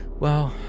Well